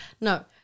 No